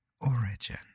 origin